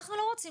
אנחנו לא רוצים,